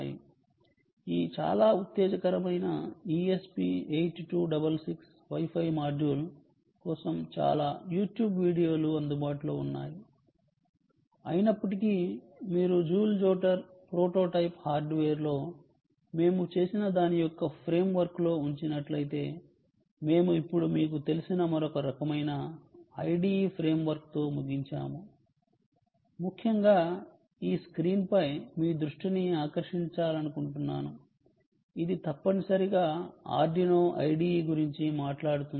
ఈ చాలా ఉత్తేజకరమైన ESP 8266 Wi Fi మాడ్యూల్ కోసం చాలా యూట్యూబ్ వీడియోలు అందుబాటులో ఉన్నాయి అయినప్పటికీ మీరు జూల్ జోటర్ ప్రోటోటైప్ హార్డ్వేర్లో మేము చేసిన దాని యొక్క ఫ్రేమ్వర్క్లో ఉంచినట్లయితే మేము ఇప్పుడు మీకు తెలిసిన మరొక రకమైన IDE ఫ్రేమ్వర్క్తో ముగించాము ముఖ్యంగా ఈ స్క్రీన్పై మీ దృష్టిని ఆకర్షించాలనుకుంటున్నాను ఇది తప్పనిసరిగా ఆర్డినో IDE గురించి మాట్లాడుతుంది